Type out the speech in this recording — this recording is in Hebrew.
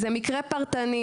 זה מקרה פרטני,